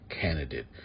candidate